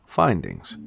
findings